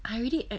I already